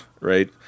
Right